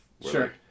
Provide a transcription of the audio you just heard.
Sure